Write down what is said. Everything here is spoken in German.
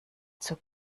zur